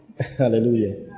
Hallelujah